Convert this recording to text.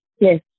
Yes